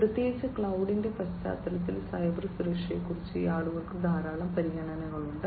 പ്രത്യേകിച്ച് ക്ലൌഡിന്റെ പശ്ചാത്തലത്തിൽ സൈബർ സുരക്ഷയെക്കുറിച്ച് ആളുകൾക്ക് ധാരാളം പരിഗണനകളുണ്ട്